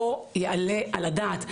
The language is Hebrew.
לא יעלה על הדעת.